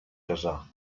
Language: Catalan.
casar